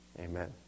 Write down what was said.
Amen